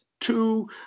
Two